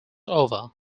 over